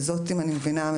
וזאת אם אני מבינה,